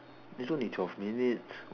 it's only twelve minutes